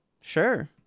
Sure